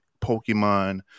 Pokemon